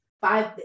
Five